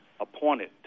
appointed